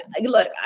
Look